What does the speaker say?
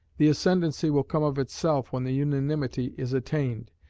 the ascendancy will come of itself when the unanimity is attained,